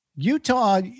Utah